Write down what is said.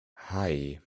hei